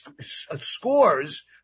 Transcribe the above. scores